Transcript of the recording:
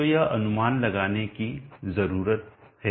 तो यह अनुमान लगाने की जरूरत है